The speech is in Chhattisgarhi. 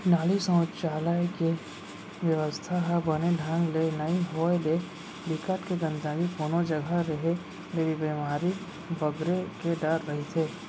नाली, सउचालक के बेवस्था ह बने ढंग ले नइ होय ले, बिकट के गंदगी कोनो जघा रेहे ले बेमारी बगरे के डर रहिथे